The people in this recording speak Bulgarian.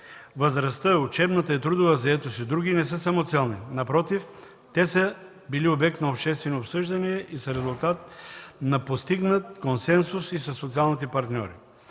възрастта, учебната и трудовата заетост и други не са самоцелни. Напротив, те са били обект на обществено обсъждане и са резултат на постигнат консенсус и със социалните партньори.